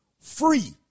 free